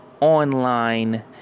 online